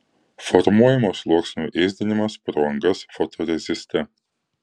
formuojamo sluoksnio ėsdinimas pro angas fotoreziste